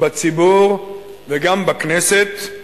בציבור וגם בכנסת.